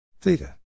theta